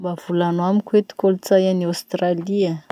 Mba volano amiko ty kolotsay any Ostraila?